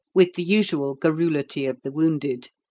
with the usual garrulity of the wounded.